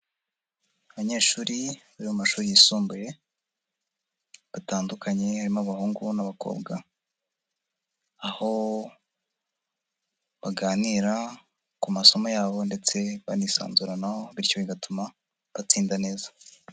Abanyeshuri bari mu mashuri yisumbuye, batandukanye harimo abahungu n'abakobwa, aho baganira ku masomo yabo ndetse banisanzuranaho, bityo bigatuma batsinda neza.